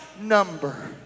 number